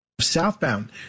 southbound